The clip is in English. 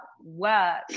work